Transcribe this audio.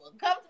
come